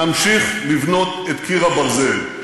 נמשיך לבנות את קיר הברזל.